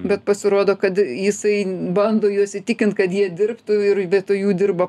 bet pasirodo kad jisai bando juos įtikint kad jie dirbtų ir vietoj jų dirba